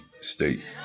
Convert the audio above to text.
state